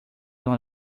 dans